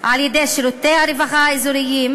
על-ידי שירותי הרווחה האזוריים,